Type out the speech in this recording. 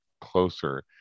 closer